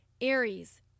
Aries